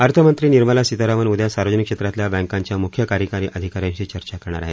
अर्थमंत्री निर्मला सीतारामन उद्या सार्वजनिक क्षेत्रातल्या बँकांच्या मुख्य कार्यकारी अधिका यांशी चर्चा करणार आहेत